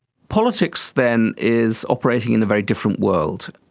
politics then is operating in a very different world.